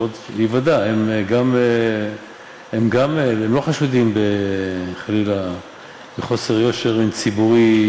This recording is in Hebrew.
הם לא חשודים חלילה בחוסר יושר ציבורי